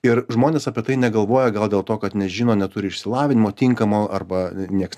ir žmonės apie tai negalvoja gal dėl to kad nežino neturi išsilavinimo tinkamo arba nieks